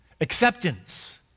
acceptance